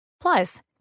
Plus